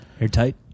Airtight